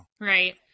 right